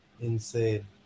Insane